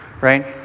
right